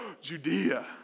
Judea